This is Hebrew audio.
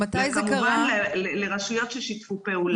וכמובן לרשויות ששיתפו פעולה.